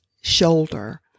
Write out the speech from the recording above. shoulder